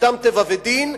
"אדם טבע ודין"